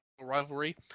rivalry